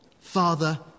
Father